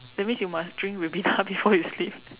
that means you must drink Ribena before you sleep